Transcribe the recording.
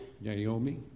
Naomi